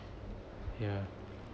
ya